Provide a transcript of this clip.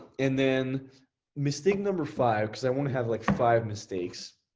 and then mistake number five, cause i wanna have like five mistakes,